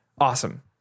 awesome